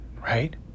right